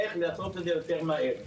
איך לעשות את זה יותר מהר.